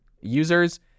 users